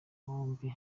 bombi